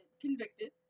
convicted